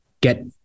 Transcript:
get